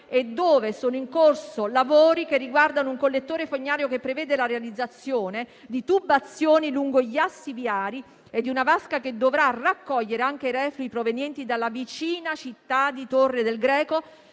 e dove sono in corso lavori che riguardano un collettore fognario che prevede la realizzazione di tubazioni lungo gli assi viari e di una vasca che dovrà raccogliere anche i reflui provenienti dalla vicina città di Torre del Greco,